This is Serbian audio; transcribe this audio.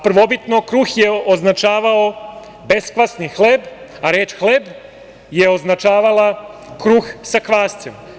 Prvobitno kruh je označavao beskvasni hleb, a reč hleb je označavala kruh sa kvascem.